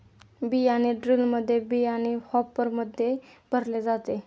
बियाणे ड्रिलमध्ये बियाणे हॉपरमध्ये भरले जाते